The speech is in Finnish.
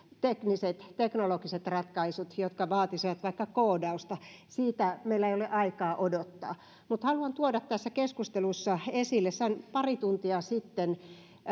tekniset teknologiset ratkaisut jotka vaatisivat vaikka koodausta sitä meillä ei ole aikaa odottaa haluan tuoda tässä keskustelussa esille että sain pari tuntia sitten